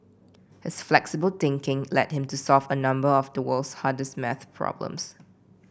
his flexible thinking led him to solve a number of the world's hardest maths problems